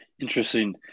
Interesting